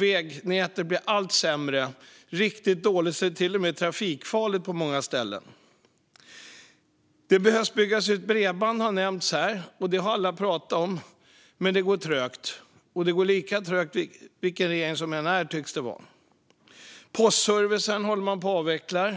Vägnätet blir allt sämre. Det är så dåligt att det till och med är trafikfarligt på många ställen. Det behöver byggas ut bredband, vilket har nämnts här, men det går trögt - och det tycks gå lika trögt vilken regering vi än har. Postservicen håller på att avvecklas.